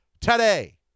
Today